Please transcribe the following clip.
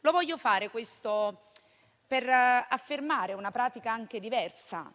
Lo voglio fare per affermare una pratica diversa,